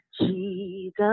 Jesus